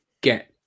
get